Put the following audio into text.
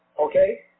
Okay